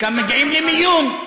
חלקם מגיעים למיון.